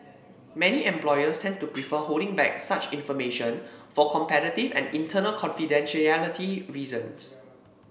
many employers tend to prefer holding back such information for competitive and internal confidentiality reasons